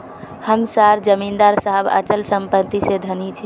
हम सार जमीदार साहब अचल संपत्ति से धनी छे